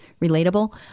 relatable